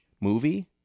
movie